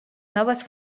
noves